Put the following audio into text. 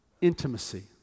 intimacy